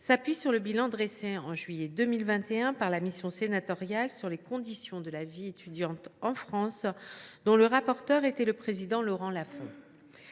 s’appuie sur le bilan dressé en juillet 2021 par la mission sénatoriale sur les conditions de la vie étudiante en France, dont le rapporteur était Laurent Lafon.